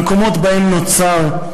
למקומות שבהם נוצר,